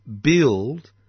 build